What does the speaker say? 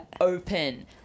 open